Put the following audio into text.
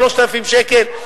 3,000 שקל,